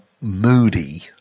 moody